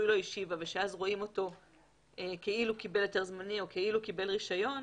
לא השיבה ואז רואים אותו כאילו קיבל היתר זמני או כאילו קיבל רישיון